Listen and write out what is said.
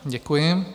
Děkuji.